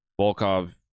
Volkov